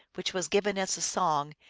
which was given as a song,